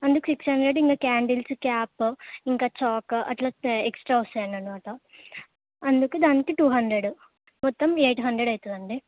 అందుకు six hundred ఇంకా candles cap ఇంకా చాక్ అట్లా ఎక్స్ట్రా వస్తాననమాట అందుకు దానికి టూ హండ్రెడ్ మొత్తం ఎయిట్ హండ్రెడ్ అవుతుందండి